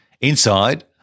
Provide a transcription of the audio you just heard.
Inside